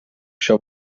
això